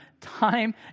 time